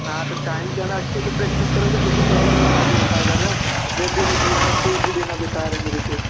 हाँ तो जो है ना अच्छे से प्रेक्टिस करोगे देखो तभी कुछ आगे हो पाएगा ना नहीं तो जो तुम्हारा फीस भी देना बेकार है मेरे को